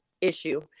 issue